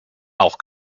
auch